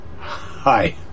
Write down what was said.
Hi